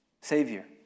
Savior